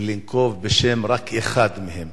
ולנקוב רק בשם של אחד מהם,